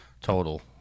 total